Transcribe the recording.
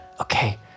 okay